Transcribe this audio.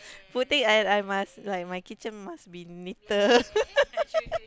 put it I I must like my kitchen must be neater